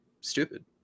stupid